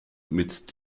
mit